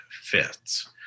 fits